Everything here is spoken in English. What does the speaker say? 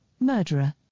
Murderer